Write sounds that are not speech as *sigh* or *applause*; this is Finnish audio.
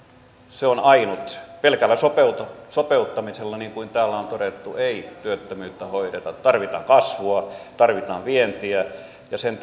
se on ainut pelkällä sopeuttamisella niin kuin täällä on todettu ei työttömyyttä hoideta tarvitaan kasvua tarvitaan vientiä ja sen *unintelligible*